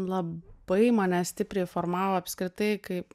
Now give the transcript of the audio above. labai mane stipriai formavo apskritai kaip